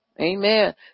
Amen